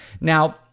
Now